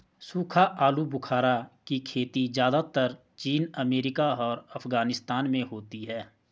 सूखा आलूबुखारा की खेती ज़्यादातर चीन अमेरिका और अफगानिस्तान में होती है